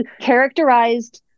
characterized